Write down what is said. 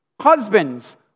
Husbands